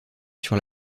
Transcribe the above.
sur